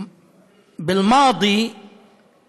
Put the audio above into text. (אומר דברים בשפה הערבית,